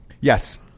Yes